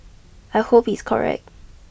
I hope he's correct